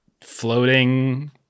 floating